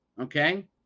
okay